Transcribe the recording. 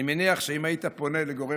אני מאלה שכבר קראו הפוך בכיתה ב'-ג',